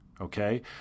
Okay